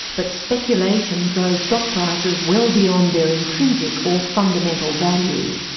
but speculation drove stock prices well beyond their intrinsic or fundamental value.